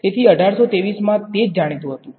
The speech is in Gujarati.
તેથી ૧૮૨૩મા તે જ જાણીતું હતું